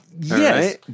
Yes